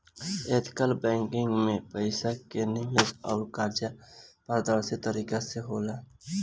ethical banking में पईसा के निवेश अउर कर्जा पारदर्शी तरीका से होला